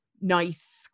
nice